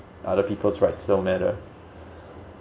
other people's rights don't matter